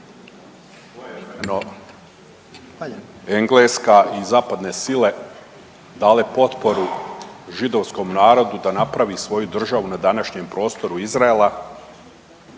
Engleska i zapadne sile dale potporu židovskom narodu na napravi svoju državu na današnjem prostoru Izraela.